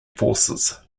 forces